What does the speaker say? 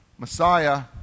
Messiah